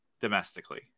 domestically